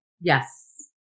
Yes